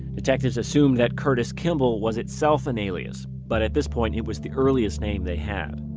detectives assumed that curtis kimball was itself an alias, but at this point it was the earliest name they had.